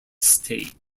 state